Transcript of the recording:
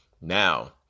now